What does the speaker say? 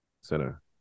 center